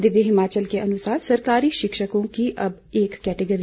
दिव्य हिमाचल के अनुसार सरकारी शिक्षकों की अब एक कैटेगरी